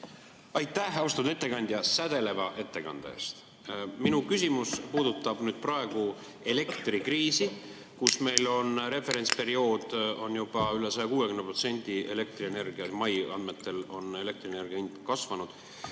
Aitäh, austatud ettekandja, sädeleva ettekande eest! Minu küsimus puudutab praegu elektrikriisi, kus meil on referentsperiood. Juba üle 160% on mai andmetel elektrienergia hind kasvanud